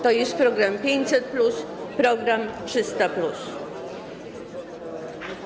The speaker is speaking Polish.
To jest program 500+, program 300+.